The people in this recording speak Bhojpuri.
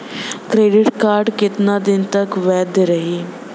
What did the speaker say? क्रेडिट कार्ड कितना दिन तक वैध रही?